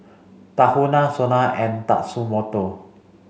Tahuna SONA and Tatsumoto